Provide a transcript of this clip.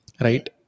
right